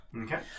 Okay